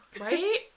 Right